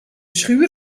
schuur